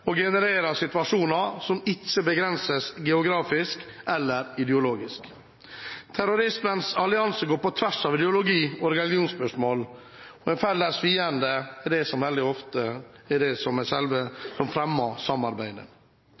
og genererer situasjoner som ikke begrenses geografisk eller ideologisk. Terrorismens allianser går på tvers av ideologi og religionsspørsmål, og en felles fiende er det som veldig ofte